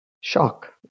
shock